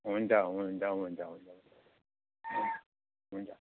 हुन्छ हुन्छ हुन्छ हुन्छ हुन्छ